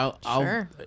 Sure